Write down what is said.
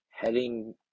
heading